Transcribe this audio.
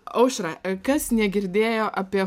aušra kas negirdėjo apie